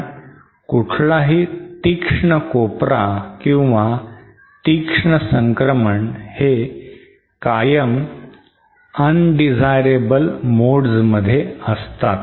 कारण कुठलाही तीक्ष्ण कोपरा किंवा तीक्ष्ण संक्रमण हे कायम undesirable modes मध्ये असतात